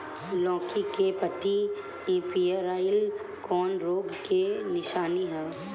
लौकी के पत्ति पियराईल कौन रोग के निशानि ह?